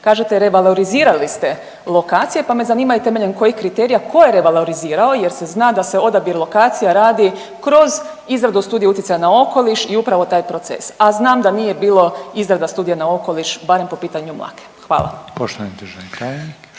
Kažete revalorizirali ste lokacije pa me zanima i temeljem kojih kriterija? Ko je revalorizirao jel se zna da se odabir lokacija radi kroz izradu Studije utjecaja na okoliš i upravo taj proces, a znam da nije bilo izrada Studija na okoliš barem po pitanju Mlake? Hvala.